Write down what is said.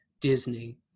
Disney